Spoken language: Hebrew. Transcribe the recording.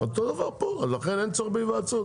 אותו דבר פה ולכן אין צורך בהיוועצות,